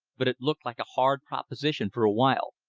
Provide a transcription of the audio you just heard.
but it looked like a hard proposition for a while.